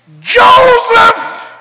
Joseph